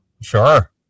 Sure